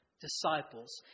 disciples